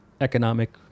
economic